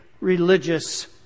religious